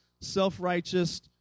self-righteous